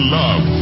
love